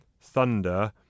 Thunder